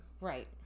Right